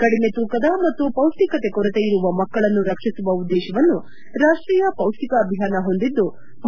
ಕಡಿಮೆ ತೂಕದ ಮತ್ತು ಪೌಷ್ಷಿಕತೆ ಕೊರತೆಯಿರುವ ಮಕ್ಕಳನ್ನು ರಕ್ಷಿಸುವ ಉದ್ಗೇಶವನ್ನು ರಾಷ್ಷೀಯ ಪೌಷ್ಷಿಕ ಅಭಿಯಾನ ಹೊಂದಿದ್ಲು